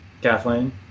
Kathleen